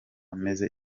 meze